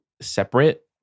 separate